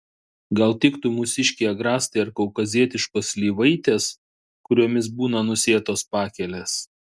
gal tiktų mūsiškiai agrastai ar kaukazietiškos slyvaitės kuriomis būna nusėtos pakelės